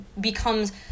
becomes